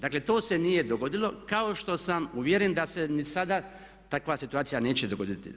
Dakle, to se nije dogodilo kao što sam uvjeren da se ni sada takva situacija neće dogoditi.